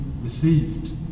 received